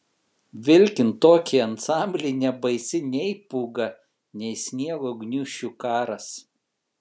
vilkint tokį ansamblį nebaisi nei pūga nei sniego gniūžčių karas